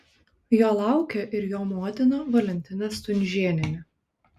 jo laukia ir jo motina valentina stunžėnienė